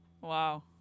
Wow